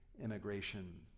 immigration